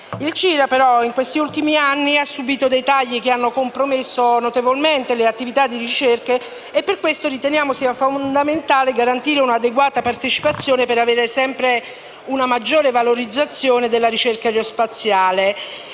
Il CIRA però in questi ultimi anni ha subìto dei tagli che hanno compromesso notevolmente le attività di ricerca e per questo riteniamo sia fondamentale garantire una sua adeguata partecipazione per avere una sempre maggiore valorizzazione della ricerca aerospaziale.